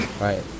Right